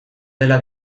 dela